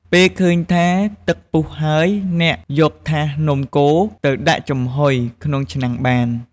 ពេលឃើញថាទឹកពុះហើយ អ្នកយកថាសនំកូរទៅដាក់ចំហុយក្នុងឆ្នាំងបាន។